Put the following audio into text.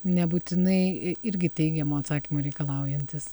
nebūtinai i irgi teigiamo atsakymo reikalaujantis